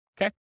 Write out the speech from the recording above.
Okay